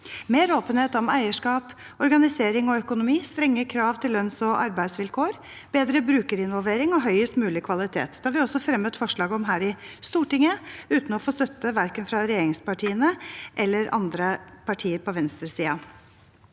mer åpenhet om eierskap, organisering og økonomi, strenge krav til lønns- og arbeidsvilkår, bedre brukerinvolvering og høyest mulig kvalitet. Det har vi også fremmet forslag om her i Stortinget, uten å få støtte fra verken regjeringspartiene eller andre partier på venstresiden.